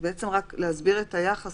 רק להסביר את היחס